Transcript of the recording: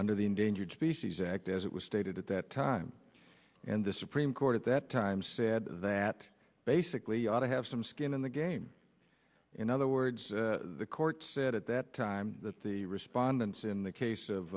under the endangered species act as it was stated at that time and the supreme court at that time said that basically ought to have some skin in the game in other words the court said at that time that the respondents in the case of